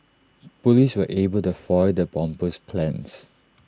Police were able to foil the bomber's plans